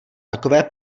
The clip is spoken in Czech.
takové